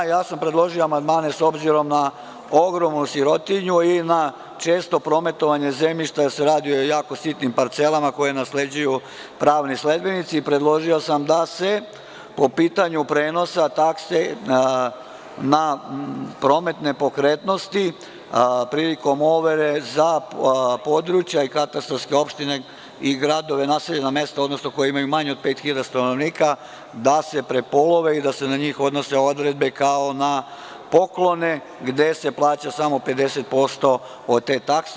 Predložio sam amandmane s obzirom na ogromnu sirotinju i često prometovanje zemljišta gde se radi o jako sitnim parcelama koje nasleđuju pravni sledbenici i predložio sam da se po pitanju prenosa taksena promet nepokretnosti prilikom overe za područja i katastarske opštine i gradove, naseljena mesta, odnosno ona koja imaju manje od 5.000 stanovnika da se prepolove i da se na njih odnose odredbe kao na poklone gde se plaća samo 50% od te takse.